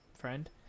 friend